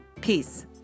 Peace